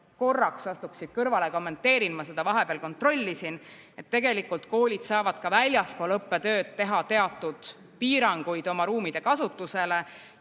korraks astuksin kõrvale, kommenteerin, ma seda vahepeal kontrollisin. Tegelikult saab kool ka väljaspool õppetööd teha teatud piiranguid oma ruumide kasutusele.